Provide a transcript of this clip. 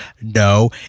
No